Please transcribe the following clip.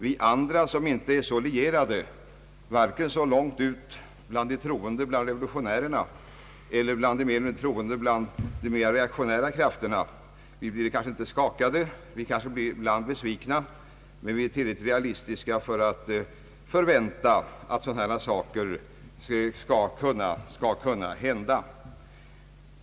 Vi andra som inte är så lierade vare sig med de troende bland revolutionärerna eller med de troende bland de mera reaktionära krafterna blir kanske inte skakade. Vi blir ibland besvikna men vi är tillräckligt realistiska för att inse att sådana saker, som herr Åkerlund erinrat om, kan hända.